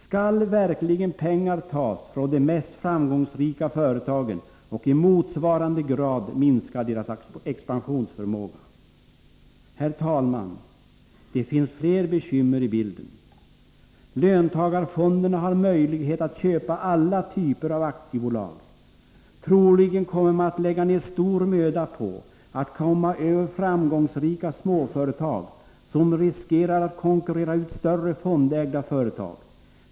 Skall man verkligen ta pengar från de mest framgångsrika företagen och i motsvarande grad minska deras expansionsförmåga? Herr talman! Det finns fler bekymmer i bilden. Löntagarfonderna hår möjlighet att köpa alla typer av aktiebolag. Troligen kommer man att lägga ned stor möda på att komma över framgångsrika småföretag, som riskerar att konkurrera ut större fondägda företag.